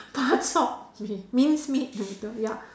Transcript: bak chor mee minced meat noodle ya